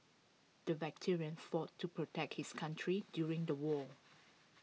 the veteran fought to protect his country during the war